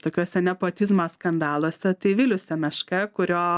tokiuose nepotizmo skandaluose tai vilius semeška kurio